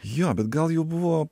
jo bet gal jau buvo